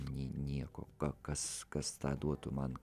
nė nieko ką kas tą duotų man